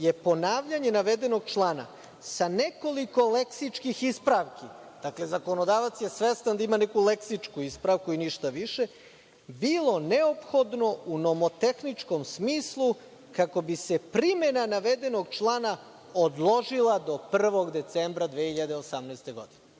je ponavljanje navedenog člana sa nekoliko leksičkih ispravki, dakle, zakonodavac je svestan da ima neku leksičku ispravku i ništa više, bilo neophodno u nomotehničkom smislu kako bi se primena navedenog člana odložila do 1. decembra 2018.